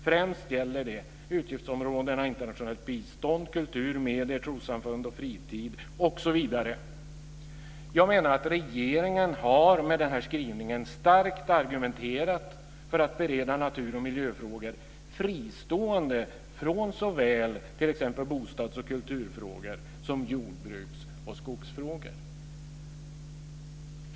Främst gäller det utgiftsområdena internationellt bistånd, kultur, medier, trossamfund och fritid osv. Regeringen har med sin skrivning starkt argumenterat för att bereda natur och miljöfrågor fristående från såväl bostads och kulturfrågor som jordbruks och skogsfrågor.